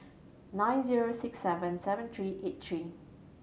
nine zero six seven seven three eight three